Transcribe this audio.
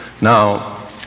Now